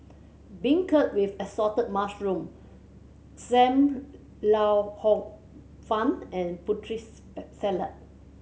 beancurd with assorted mushroom Sam Lau Hor Fun and Putri Salad